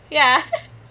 ya